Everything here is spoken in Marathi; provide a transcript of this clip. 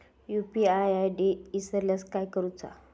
यू.पी.आय आय.डी इसरल्यास काय करुचा?